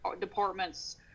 departments